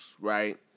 right